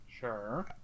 Sure